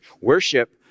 Worship